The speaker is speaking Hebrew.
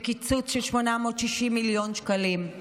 זה קיצוץ של 860 מיליון שקלים.